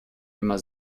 immer